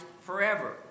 forever